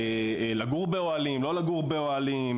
לגור באוהלים לעומת לא לגור באוהלים,